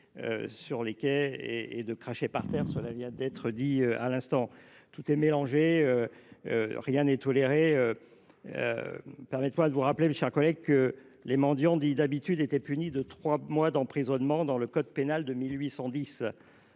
sur les quais et de cracher par terre. Tout est mélangé, rien n’est toléré. Permettez moi de vous le rappeler, mes chers collègues, les mendiants dits d’habitude étaient punis de trois mois d’emprisonnement dans le code pénal de 1810.